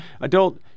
adult